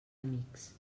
amics